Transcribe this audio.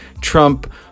trump